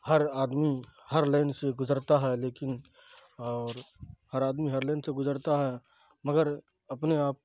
ہر آدمی ہر لائن سے گزرتا ہے لیکن اور ہر آدمی ہر لائن سے گزرتا ہے مگر اپنے آپ